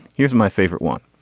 here's my favorite one.